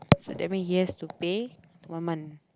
so that mean he has to pay one month